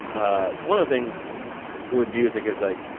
ah one of things with music is, like,